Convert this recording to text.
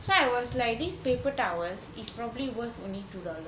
so I was like these paper towel is probably worth only two dollars